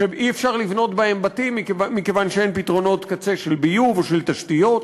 שאי-אפשר לבנות בהם בתים מכיוון שאין פתרונות קצה של ביוב או של תשתיות.